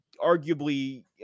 arguably